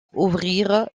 ouvrirent